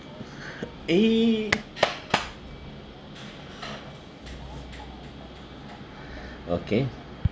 eh okay